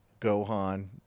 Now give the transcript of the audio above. Gohan